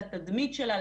לתדמית שלה,